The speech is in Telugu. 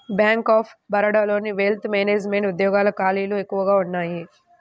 బ్యేంక్ ఆఫ్ బరోడాలోని వెల్త్ మేనెజమెంట్ ఉద్యోగాల ఖాళీలు ఎక్కువగా ఉన్నయ్యి